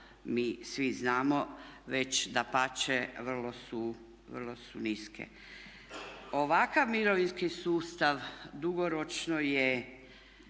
mi svi znamo već dapače vrlo su niske. Ovakav mirovinski sustav dugoročno je